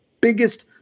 biggest